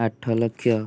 ଆଠ ଲକ୍ଷ